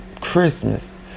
Christmas